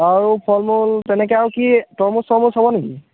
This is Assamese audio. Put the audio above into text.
আৰু ফলমূল তেনেকৈ আৰু কি তৰমুজ চৰমুজ হ'ব নেকি